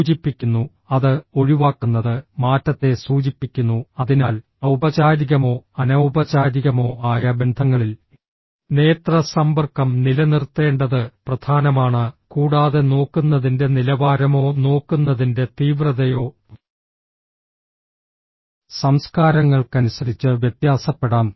സൂചിപ്പിക്കുന്നു അത് ഒഴിവാക്കുന്നത് മാറ്റത്തെ സൂചിപ്പിക്കുന്നു അതിനാൽ ഔപചാരികമോ അനൌപചാരികമോ ആയ ബന്ധങ്ങളിൽ നേത്ര സമ്പർക്കം നിലനിർത്തേണ്ടത് പ്രധാനമാണ് കൂടാതെ നോക്കുന്നതിന്റെ നിലവാരമോ നോക്കുന്നതിന്റെ തീവ്രതയോ സംസ്കാരങ്ങൾക്കനുസരിച്ച് വ്യത്യാസപ്പെടാം